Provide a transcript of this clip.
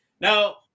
Now